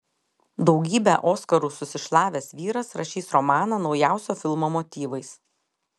daugybę oskarų susišlavęs vyras rašys romaną naujausio filmo motyvais